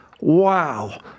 wow